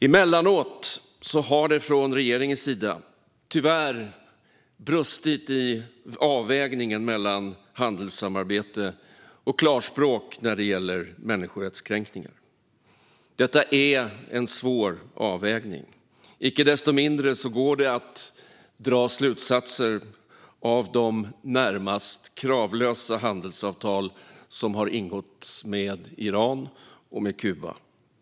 Emellanåt har det från regeringens sida tyvärr brustit i avvägningen mellan handelssamarbete och klarspråk när det gäller människorättskränkningar. Detta är en svår avvägning, men icke desto mindre går det att dra slutsatser av de närmast kravlösa handelsavtal som har ingåtts med Iran och Kuba.